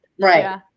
right